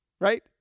right